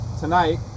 tonight